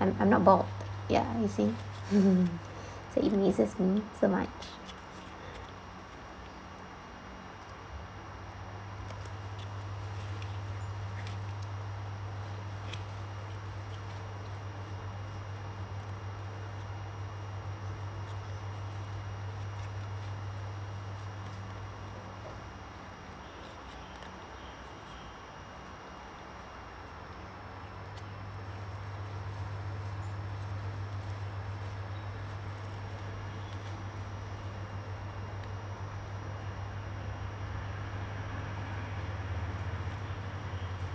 I'm I'm not bald ya you see so it misses me so much